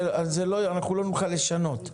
אנחנו לא נוכל לשנות,